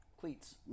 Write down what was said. Cleats